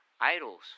idols